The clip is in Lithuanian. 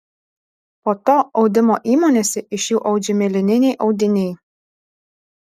po to audimo įmonėse iš jų audžiami lininiai audiniai